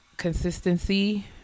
consistency